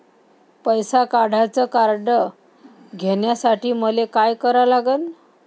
पैसा काढ्याचं कार्ड घेण्यासाठी मले काय करा लागन?